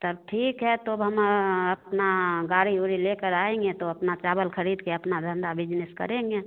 तब ठीक यह तो हम अपना गाड़ी उरी लेकर आएँगे तो अपना चावल खरीद कर अपना धंदा बिजनेस करेंगे